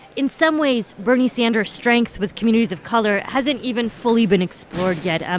in some ways, bernie sanders' strength with communities of color hasn't even fully been explored yet. ah